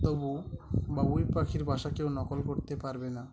তবু বাবুই পাখির বাসা কেউ নকল করতে পারবে না